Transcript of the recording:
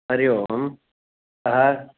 हरिः ओं कः